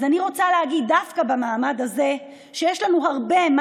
אז אני רוצה להגיד דווקא במעמד הזה שיש לנו הרבה מה